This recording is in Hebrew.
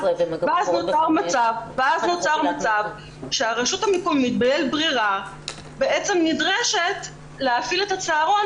ואז נוצר מצב שהרשות המקומית בלית ברירה בעצם נדרשת להפעיל את הצהרון